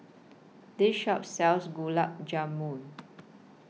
This Shop sells Gulab Jamun